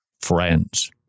friends